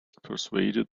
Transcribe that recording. persuaded